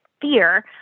fear